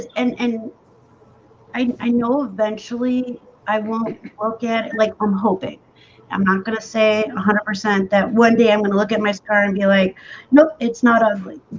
and and i know eventually i won't forget like i'm hoping i'm not gonna say one hundred percent that one day i'm gonna look at my scar and be like look, it's not ugly